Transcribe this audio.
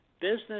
business